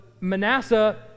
Manasseh